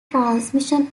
transmission